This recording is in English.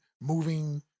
moving